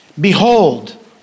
behold